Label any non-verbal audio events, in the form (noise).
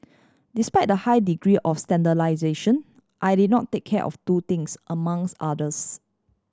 despite the high degree of (unintelligible) I did not take care of two things among (unintelligible) others